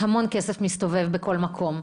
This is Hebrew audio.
מסתובב המון כסף בכל מקום.